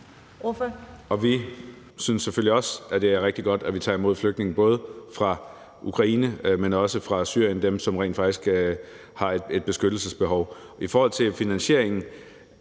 Vi synes selvfølgelig også, at det er rigtig godt, at vi tager imod flygtninge, både fra Ukraine, men også fra Syrien, altså dem, som rent faktisk har et beskyttelsesbehov. I forhold til finansieringen